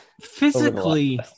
physically